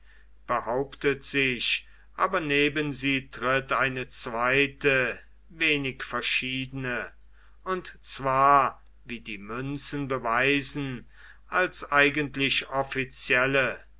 behauptet sich aber neben sie tritt eine zweite wenig verschiedene und zwar wie die münzen beweisen als eigentlich offizielle